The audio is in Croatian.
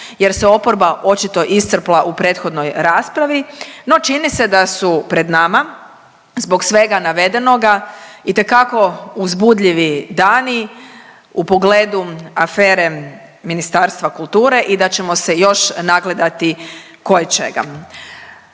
jer se oporba očito iscrpla u prethodnoj raspravi, no čini se da su pred nama zbog svega navedenoga itekako uzbudljivi dani u pogledu afere Ministarstva kulture i da ćemo se još nagledati koječega.